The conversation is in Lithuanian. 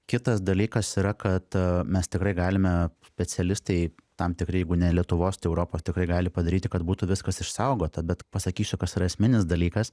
kitas dalykas yra kad mes tikrai galime specialistai tam tikri jeigu ne lietuvos tai europos tikrai gali padaryti kad būtų viskas išsaugota bet pasakysiu kas yra esminis dalykas